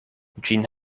ĝin